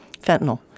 fentanyl